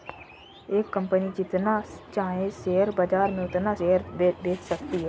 एक कंपनी जितना चाहे शेयर बाजार में उतना शेयर बेच सकती है